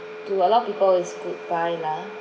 to a lot of people it's good buy lah